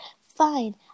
Fine